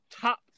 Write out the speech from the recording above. top